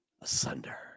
Asunder